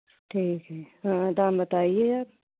ठीक है हाँ दाम बताइये अब